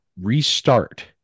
restart